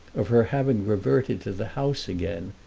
of her having reverted to the house again,